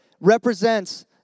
represents